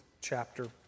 chapter